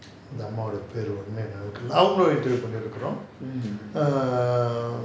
இந்த அம்மா ஓட பேரு ஞாபகம் வரல அவங்கள கூட: intha amma ooda peru neyabagam varala avangala kuda interview பண்ணி இருக்கோம்:panni irukom err